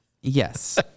yes